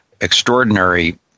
extraordinary